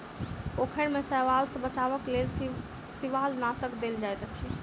पोखैर में शैवाल सॅ बचावक लेल शिवालनाशक देल जाइत अछि